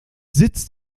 sitz